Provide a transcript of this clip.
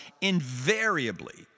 invariably